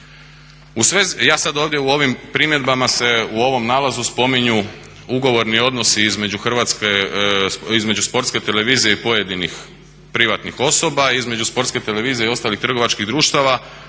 u svezi, ja sada ovdje u ovim primjedbama se, u ovom nalazu spominju ugovorni odnosi između hrvatske, između Sportske televizije i pojedinih privatnih osoba, između Sportske televizije i ostalih trgovačkih društava,